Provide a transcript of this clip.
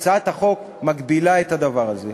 הצעת החוק מגבילה את הדבר הזה.